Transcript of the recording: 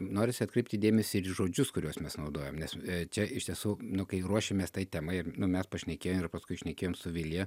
norisi atkreipti dėmesį ir žodžius kuriuos mes naudojam nes čia iš tiesų nu kai ruošėmės tai temai ir nu mes pašnekėjom ir paskui šnekėjom su vilija